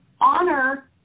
honor